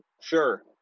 sure